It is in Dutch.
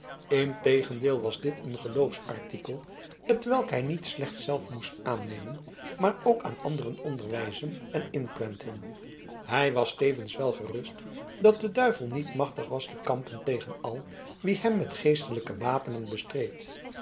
integendeel was dit een geloofsartikel hetwelk hij niet slechts zelf moest aannemen maar ook aan anderen onderwijzen en inprenten hij was tevens wel gerust dat de duivel niet machtig was te kampen tegen al wie hem met geestelijke wapenen bestreed